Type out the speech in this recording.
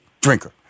drinker